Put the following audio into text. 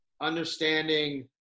understanding